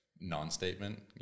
non-statement